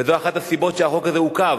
וזו אחת הסיבות לכך שהחוק הזה עוכב,